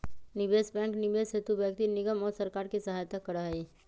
निवेश बैंक निवेश हेतु व्यक्ति निगम और सरकार के सहायता करा हई